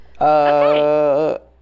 Okay